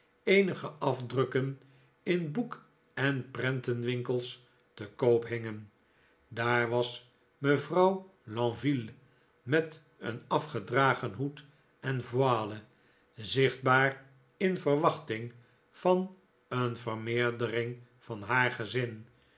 eenige afdrukken in boek en prentenwinkels te koop hingen daar was mevrouw lenville met een afgedragen hoed en voile zichtbaar in verwachting van een vermeerdering van haar gezin